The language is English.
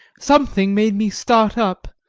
something made me start up,